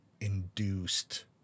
induced